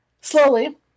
slowly